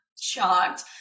shocked